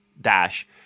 dash